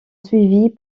suivi